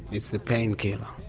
it's the pain killer.